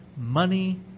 money